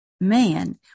man